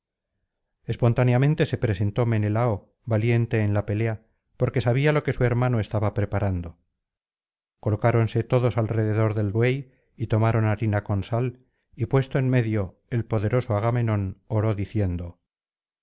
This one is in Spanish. espontáneamente se presentó menelao valiente en la pelea porque sabía lo que su hermano estaba preparando colocáronse todos alrededor del buey y tomaron harina con sal y puesto en medio el poderoso agamenón oró diciendo